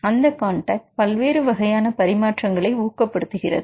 அந்தக் காண்டாக்ட் பல்வேறு வகையான பரிமாற்றங்களை ஊக்கப்படுத்துகிறது